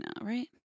right